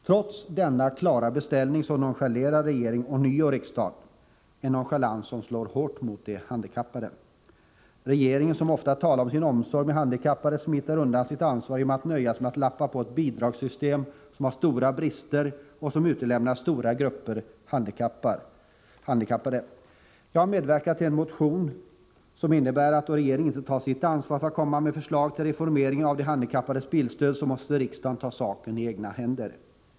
Trots denna klara beställning nonchalerade regeringen ånyo riksdagen, en nonchalans som slår hårt mot de handikappade. Regeringen, som ofta talar om sin omsorg om handikappade, smiter undan sitt ansvar genom att lappa på ett bidragssystem som har stora brister och som utelämnar stora grupper handikappade. Jag har medverkat till en motion som går ut på, att då regeringen inte tar sitt ansvar när det gäller att lägga fram förslag till reformering av de handikappades bilstöd, måste riksdagen ta saken i egna händer.